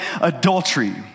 adultery